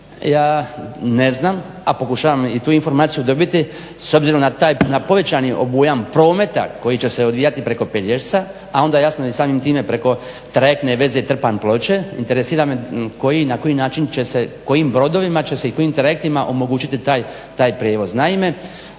ja ne znam a pokušavam i tu informaciju dobiti s obzirom na taj povećani obujam prometa koji će odvijati preko Pelješca a onda jasno i samim time preko trajektne veze Trpanj-Ploče interesira me na koji način će se, kojim brodovima će se i kojim trajektima omogućiti taj prijevoz. Naime